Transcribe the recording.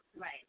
Right